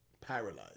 paralyzed